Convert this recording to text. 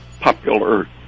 popular